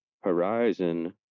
horizon